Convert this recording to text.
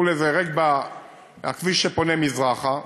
הכביש שפונה מזרחה,